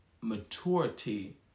maturity